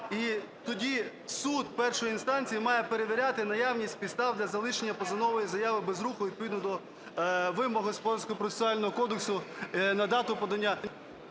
і тоді суд першої інстанції має перевіряти наявність підстав для залишення позовної заяви без руху відповідно до вимог Господарського